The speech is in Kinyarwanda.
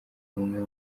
umwe